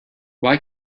why